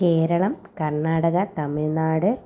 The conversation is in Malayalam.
കേരളം കർണാടക തമിഴ്നാട്